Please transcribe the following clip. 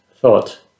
thought